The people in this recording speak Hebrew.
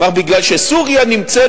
כי סוריה נמצאת